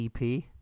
EP